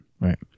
Right